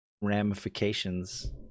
ramifications